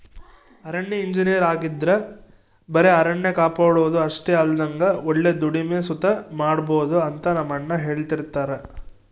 ಅರಣ್ಯ ಇಂಜಿನಯರ್ ಆಗಿದ್ರ ಬರೆ ಅರಣ್ಯ ಕಾಪಾಡೋದು ಅಷ್ಟೆ ಅಲ್ದಂಗ ಒಳ್ಳೆ ದುಡಿಮೆ ಸುತ ಮಾಡ್ಬೋದು ಅಂತ ನಮ್ಮಣ್ಣ ಹೆಳ್ತಿರ್ತರ